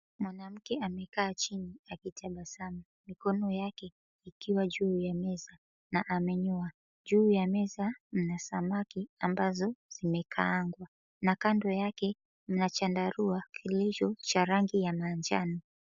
Mwanamke amekaa chini akitabasamu mikono yake ikiwa juu ya meza na amenyoa. Juu ya meza mna samaki ambazo zimekaangwa na kando yake kuna chandarua kilicho cha rangi ya manjano.